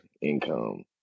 income